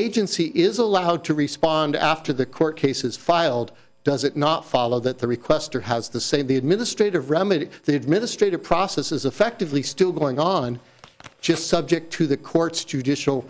agency is allowed to respond after the court cases filed does it not follow that the requestor has the same the administrative remedy the administrative process is effectively still going on just subject to the court's judicial